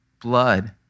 blood